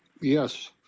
Yes